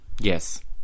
yes